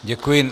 Děkuji.